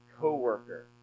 co-worker